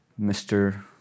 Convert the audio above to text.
Mr